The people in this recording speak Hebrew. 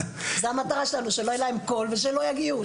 זה המטרה שלנו, שלא יהיה להם קול ושלא יגיעו,